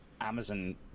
amazon